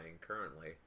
currently